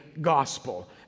gospel